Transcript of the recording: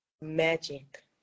magic